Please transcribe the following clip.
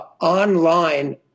online